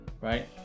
right